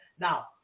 Now